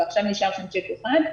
ועכשיו נשאר צ'ק אחד,